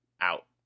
Out